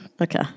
Okay